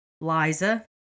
Liza